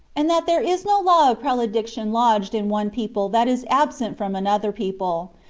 and that there is no law of predilection lodged in one people that is absent from another people.